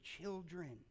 children